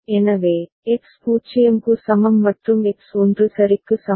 எனவே எக்ஸ் 0 க்கு சமம் மற்றும் எக்ஸ் 1 சரிக்கு சமம்